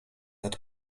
nad